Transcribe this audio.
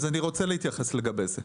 אני רוצה להתייחס לזה.